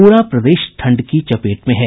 पूरा प्रदेश ठंड की चपेट में है